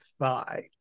thigh